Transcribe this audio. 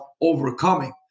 overcoming